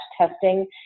testing